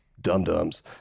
dum-dums